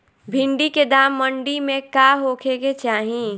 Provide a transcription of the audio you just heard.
भिन्डी के दाम मंडी मे का होखे के चाही?